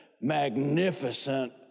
magnificent